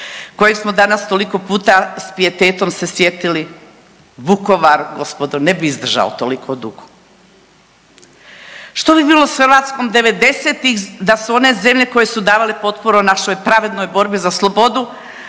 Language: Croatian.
kojeg smo danas toliko puta s pijetetom se sjetili Vukovar gospodo ne bi izdržao toliko dugo. Što bi bilo s Hrvatskom devedesetih da su one zemlje koje su davale potporu našoj pravednoj borbi za slobodu,